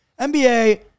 NBA